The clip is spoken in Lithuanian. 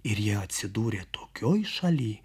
ir jie atsidūrė tokioj šaly